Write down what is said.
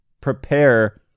prepare